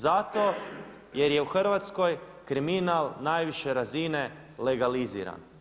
Zato jer je u Hrvatskoj kriminal najviše razine legaliziran.